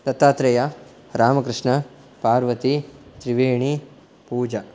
दत्तात्रेयः रामकृष्णः पार्वती त्रिवेणी पूजा